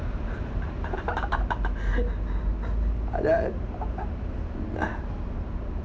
then I